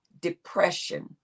depression